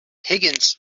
higgins